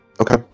Okay